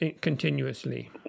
continuously